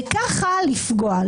וככה לפגוע.